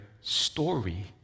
story